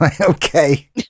okay